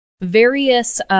various